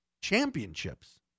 Championships